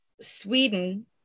Sweden